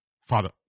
father